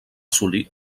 assolir